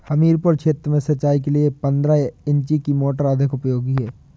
हमीरपुर क्षेत्र में सिंचाई के लिए पंद्रह इंची की मोटर अधिक उपयोगी है?